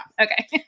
Okay